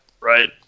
Right